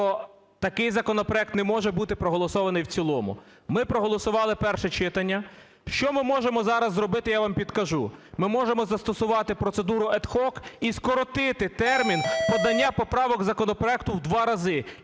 такий законопроект не може бути проголосований в цілому. Ми проголосували перше читання. Що ми можемо зараз зробити, я вам підкажу: ми можемо застосувати процедуру ad hoc і скоротити термін подання поправок законопроекту в два рази і